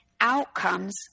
outcomes